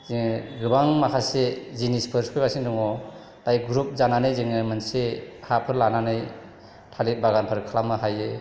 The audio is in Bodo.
जे गोबां माखासे जिनिसफोर फैगासिनो दङ दायो ग्रुप जानानै जोङो मोनसे हाफोर लानानै थालिर बागानफोर खालामनो हायो